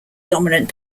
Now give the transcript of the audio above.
dominant